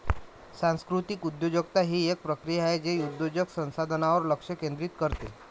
सांस्कृतिक उद्योजकता ही एक प्रक्रिया आहे जे उद्योजक संसाधनांवर लक्ष केंद्रित करते